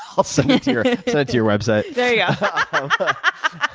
i'll send it to your so to your website. there yeah but